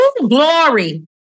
Glory